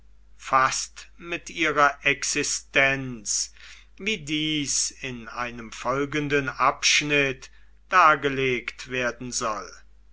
fast mit ihrer existenz wie dies in einem folgenden abschnitt dargelegt werden soll